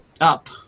up